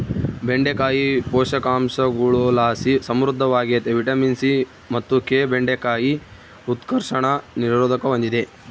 ಬೆಂಡೆಕಾಯಿ ಪೋಷಕಾಂಶಗುಳುಲಾಸಿ ಸಮೃದ್ಧವಾಗ್ಯತೆ ವಿಟಮಿನ್ ಸಿ ಮತ್ತು ಕೆ ಬೆಂಡೆಕಾಯಿ ಉತ್ಕರ್ಷಣ ನಿರೋಧಕ ಹೂಂದಿದೆ